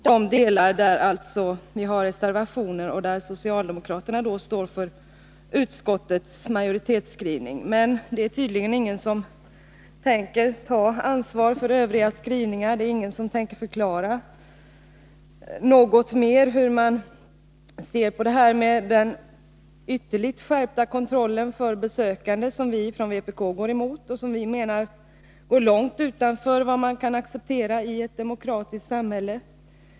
Herr talman! Jag väntade avsiktligt med att begära ordet för att se om någon i utskottet skulle ta ansvar för hela utskottets betänkande och inte enbart för de delar där det föreligger reservationer och där socialdemokraterna står för utskottsmajoritetens skrivning. Men det är tydligen ingen som tänker ta ansvaret för övriga skrivningar, ingen som mer ingående tänker förklara hur man ser på den ytterligt skärpta kontrollen av besökare, vilken vi från vpk går emot därför att vi anser att detta går långt utanför vad man kan acceptera i ett demokratiskt samhälle.